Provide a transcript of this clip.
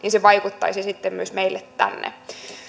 vaikuttaisi sitten myös meille tänne